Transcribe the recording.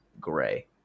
gray